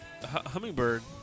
Hummingbird